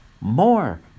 More